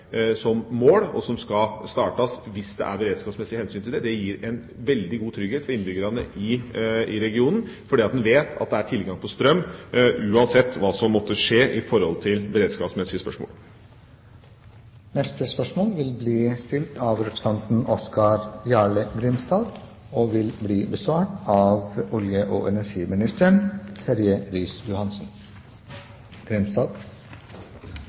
mål og som skal startes av eventuelle beredskapsmessige hensyn. Det gir en veldig god trygghet for innbyggerne i regionen, fordi man vet at det er tilgang på strøm uansett hva som måtte skje i forhold til beredskapsmessige spørsmål. Eg har den gleda å stille følgjande spørsmål til olje- og energiministeren: «I forbindelse med behandling av St.prp. nr. 37 for 2008–2009 vedrørende finanskrisepakken foreslo Fremskrittspartiet økt støtte til utbygging av